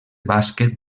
bàsquet